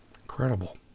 Incredible